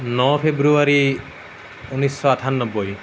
ন ফেব্ৰুৱাৰী ঊনৈছশ আঠান্নবৈ